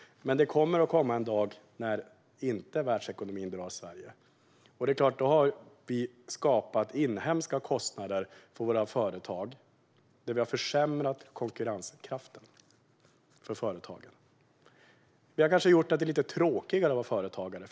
Men det kommer en dag då världsekonomin inte kommer att dra Sverige. Då har vi skapat inhemska kostnader för våra företag och försämrat konkurrenskraften för företagen. Vi har kanske också gjort det lite tråkigare att vara företagare.